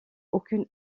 aucune